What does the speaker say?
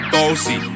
Bossy